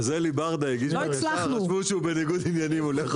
אני אגיד כמה מילים על מחירי המים.